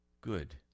Good